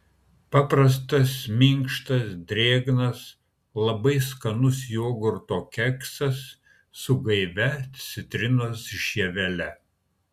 paprastas minkštas drėgnas labai skanus jogurto keksas su gaivia citrinos žievele